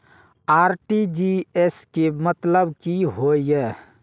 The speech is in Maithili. आर.टी.जी.एस के मतलब की होय ये?